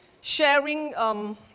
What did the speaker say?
sharing